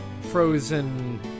frozen